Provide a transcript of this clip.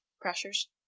pressures